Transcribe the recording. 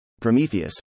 Prometheus